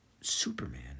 Superman